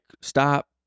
stop